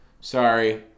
sorry